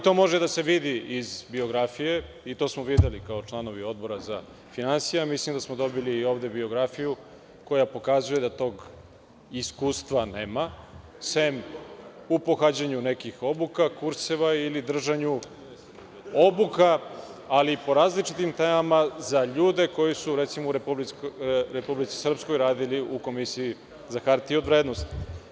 To može da se vidi iz biografije i to smo videli kao članovi Odbora za finansije, a mislim da smo dobili ovde biografiju koja pokazuje da tog iskustva nema, sem u pohađanju nekih obuka, kurseva ili držanju obuka, ali po različitim temama za ljude koji su, recimo, u Republici Srpskoj radili u Komisiji za hartije od vrednosti.